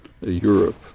Europe